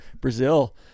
Brazil